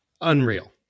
unreal